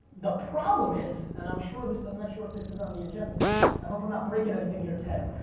the problem is, and i'm sure this, i'm not sure if this is on the agenda. this is, i hope i'm not breaking anything here, ted.